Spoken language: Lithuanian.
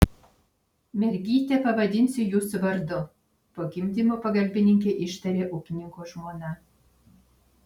mergytę pavadinsiu jūsų vardu po gimdymo pagalbininkei ištarė ūkininko žmona